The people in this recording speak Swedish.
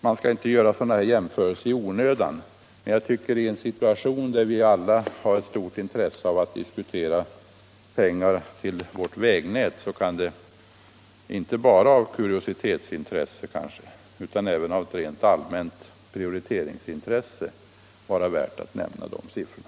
Man skall inte göra sådana jämförelser i onödan, men jag tycker att i en situation där vi alla har ett stort intresse av att diskutera pengar till vårt vägnät kan det inte bara av kuriositetsintresse utan även av ett rent allmänt prioriteringsintresse vara värt att nämna de siffrorna.